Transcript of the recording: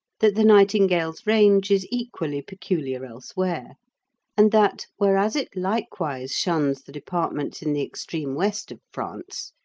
that the nightingale's range is equally peculiar elsewhere and that, whereas it likewise shuns the departments in the extreme west of france,